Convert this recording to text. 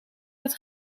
dat